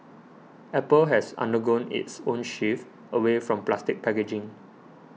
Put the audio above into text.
apple has undergone its own shift away from plastic packaging